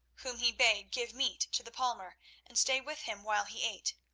whom he bade give meat to the palmer and stay with him while he ate.